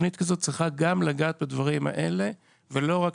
תוכנית כזאת צריכה גם לגעת בדברים האלה ולא רק